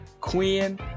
Quinn